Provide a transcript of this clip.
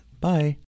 Bye